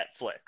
Netflix